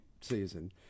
season